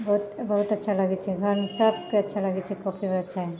बहुत बहुते अच्छा लगै छै घरमे सबके अच्छा लगै छै कॉफीवला चाय